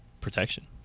protection